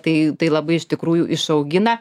tai tai labai iš tikrųjų išaugina